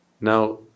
Now